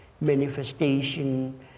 manifestation